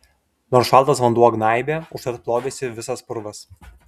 nors šaltas vanduo gnaibė užtat plovėsi visas purvas